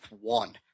one